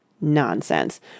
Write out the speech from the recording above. Nonsense